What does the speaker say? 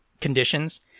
conditions